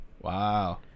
Wow